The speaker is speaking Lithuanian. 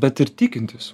bet ir tikintys